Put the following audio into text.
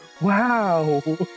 wow